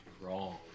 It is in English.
Wrong